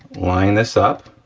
line this up,